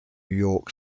york